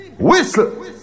Whistle